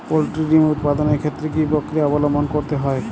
Poultry ডিম উৎপাদনের ক্ষেত্রে কি পক্রিয়া অবলম্বন করতে হয়?